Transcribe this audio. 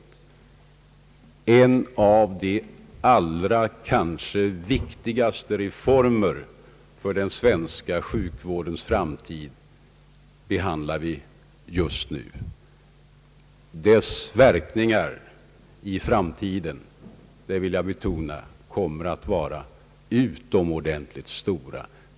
Det är en av de allra viktigaste reformerna för den svenska sjukvårdens framtid vi behandlar just nu. Jag vill betona att dess verkningar i framtiden kommer att bli mycket stora.